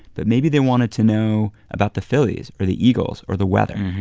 but maybe they wanted to know about the phillies or the eagles or the weather.